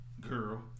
girl